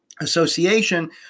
Association